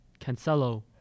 Cancelo